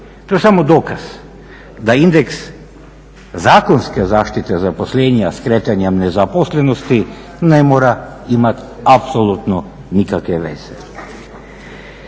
To je samo dokaz da je indeks zakonske zaštite zaposlenja, skretanja nezaposlenosti ne mora imati apsolutno nikakve veze.